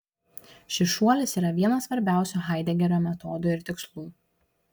šis šuolis yra vienas svarbiausių haidegerio metodų ir tikslų